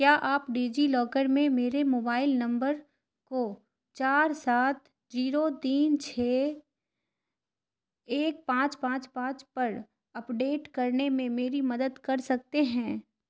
کیا آپ DigiLocker میں میرے موبائل نمبر کو چار سات جیرو تین چھ ایک پانچ پانچ پانچ پر اپ ڈیٹ کرنے میں میری مدد کر سکتے ہیں